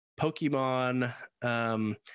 Pokemon